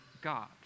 God